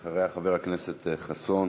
אחריה, חבר הכנסת חסון.